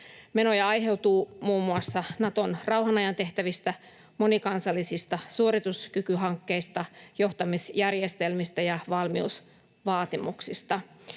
Menoja aiheutuu muun muassa Naton rauhanajan tehtävistä, monikansallisista suorituskykyhankkeista, johtamisjärjestelmistä ja valmiusvaatimuksista.